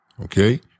Okay